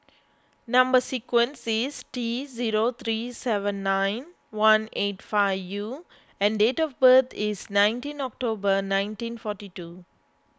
Number Sequence is T zero three seven nine one eight five U and date of birth is nineteen October nineteen forty two